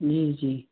जी जी